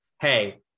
hey